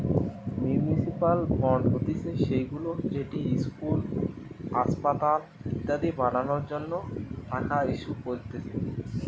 municipal bond হতিছে সেইগুলা যেটি ইস্কুল, আসপাতাল ইত্যাদি বানানোর জন্য টাকা ইস্যু করতিছে